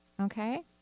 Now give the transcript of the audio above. Okay